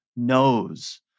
knows